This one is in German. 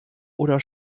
oder